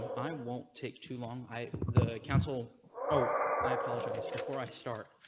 i won't take too long, i cancel ah i apologize before i start.